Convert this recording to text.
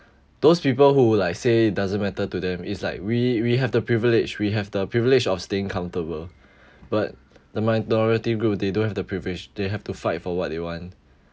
those people who like say doesn't matter to them is like we we have the privilege we have the privilege of staying comfortable but the minority group they don't have the privilege they have to fight for what they want